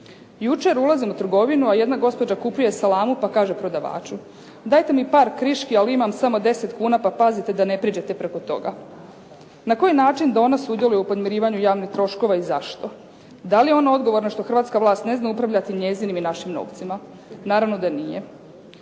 Jučer ulazim u trgovinu a jedna gospođa kupuje salamu pa kaže prodavaču: "Dajte mi par kriški ali imam samo 10 kuna pa pazite da ne pređete preko toga.". Na koji način da ona sudjeluje u podmirivanju javnih troškova ili zašto? Da li je ona odgovorna što hrvatska vlast ne zna upravljati njezinim i našim novcima? Naravno da nije.